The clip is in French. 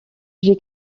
j’ai